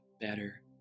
better